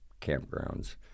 campgrounds